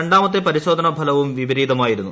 രണ്ടാമത്തെ പരിശോധനാ ഫലവും വിപരീതമായിരുന്നു